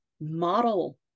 Model